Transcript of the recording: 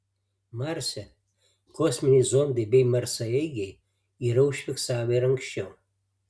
marse kosminiai zondai bei marsaeigiai yra užfiksavę ir anksčiau